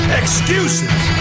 excuses